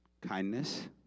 kindness